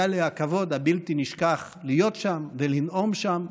היה לי הכבוד הבלתי-נשכח להיות שם ולנאום שם.